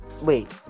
Wait